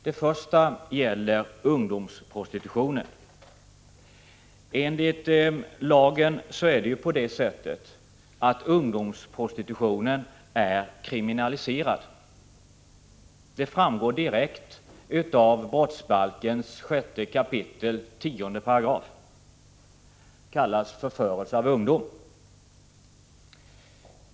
Den första punkten gäller ungdomsprostitutionen. Enligt lagen är ungdomsprostitutionen kriminaliserad; det framgår direkt av brottsbalkens 6 kap. 108. Det kallas för förförelse av ungdom.